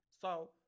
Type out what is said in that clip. So-